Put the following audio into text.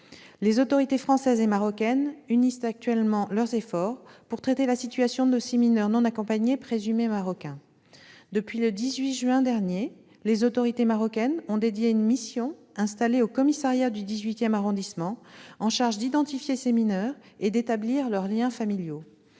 Les autorités françaises et marocaines unissent actuellement leurs efforts pour traiter la situation de ces mineurs non accompagnés, présumés marocains. Depuis le 18 juin dernier, les autorités marocaines ont dédié une mission, installée dans le commissariat du XVIII arrondissement, en charge d'identifier ces mineurs et d'établir leurs liens familiaux.